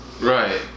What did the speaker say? Right